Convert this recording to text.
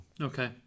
Okay